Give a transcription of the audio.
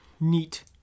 Neat